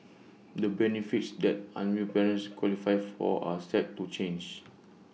the benefits that unwed parents qualify for are set to change